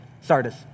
Sardis